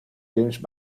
james